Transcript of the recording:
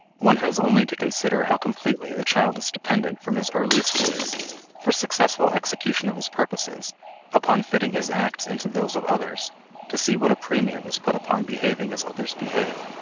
one has only to consider how completely the child is dependent from his earliest days for successful execution of his purposes upon fitting his acts into those of others to see what a premium is put upon behaving as others behave,